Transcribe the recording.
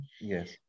Yes